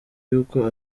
y’uko